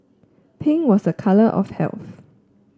pink was a colour of health